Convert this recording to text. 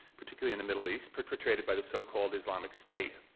particularly in the middle east perpetrated by the so-called islamic state.